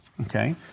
okay